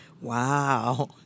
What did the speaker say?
Wow